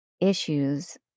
issues